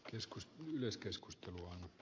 arvoisa puhemies